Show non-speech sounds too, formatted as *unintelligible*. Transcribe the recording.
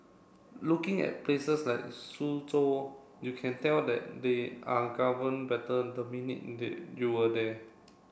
looking at places like Suzhou you can tell that they are governed better the minute *unintelligible* you are there